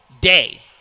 day